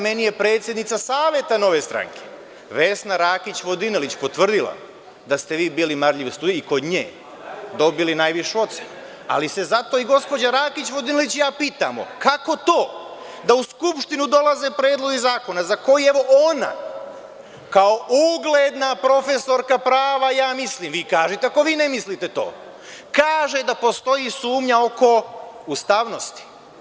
Meni je predsednica Saveta Nove stranke Vesna Rakić Vodinelić potvrdila da ste vi bili marljiv student i kod nje, dobili najvišu ocenu, ali se zato i gospođa Rakić Vodinelić pitamo, kako to da u Skupštinu dolaze predlozi zakona, za koje evo ona kao ugledna profesorka prava ja mislim, vi kažite ako vi ne mislite to, kaže da postoji sumnja oko ustavnosti.